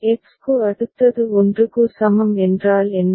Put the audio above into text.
X க்கு அடுத்தது 1 க்கு சமம் என்றால் என்ன